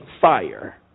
fire